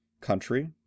country